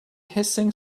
hissing